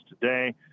today